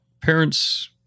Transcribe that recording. parents